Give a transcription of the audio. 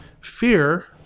Fear